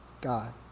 God